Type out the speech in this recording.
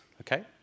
Okay